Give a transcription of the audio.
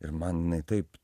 ir man jinai taip